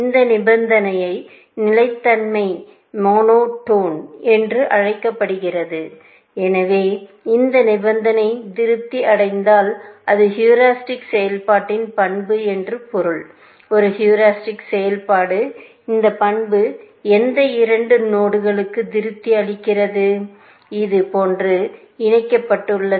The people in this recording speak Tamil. இந்த நிபந்தனை நிலைத்தன்மையின் மோனோடோன் என்று அழைக்கப்படுகிறது மேலும் நாம் காட்ட விரும்புவது என்னவென்றால் இந்த நிபந்தனை திருப்தி அடைந்தால் அது ஹியூரிஸ்டிக் செயல்பாட்டின் பண்பு என்று பொருள் ஒரு ஹூரிஸ்டிக் செயல்பாடு இந்த பண்பு எந்த இரண்டு நோடுகளுக்கு திருப்தி அளிக்கிறது இது இது போன்று இணைக்கப்பட்டுள்ளது